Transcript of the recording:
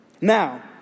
Now